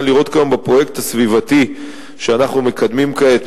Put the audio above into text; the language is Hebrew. לראות כיום בפרויקט הסביבתי שאנחנו מקדמים כעת,